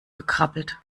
gekrabbelt